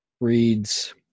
reads